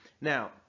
Now